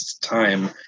Time